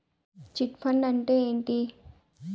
Chit fund అంటే ఏంటి?